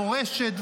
מורשת,